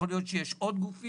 יכול להיות שיש עוד גופים.